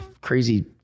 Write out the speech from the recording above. crazy